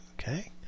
Okay